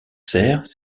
serres